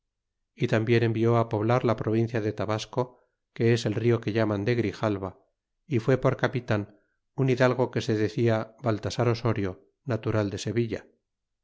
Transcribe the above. y tambien envió poblar la provincia de tabasco que es el rio que llaman de grijalba y fué por capitan un hidalgo que se decia baltasar osorienatural de sevilla